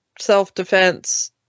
self-defense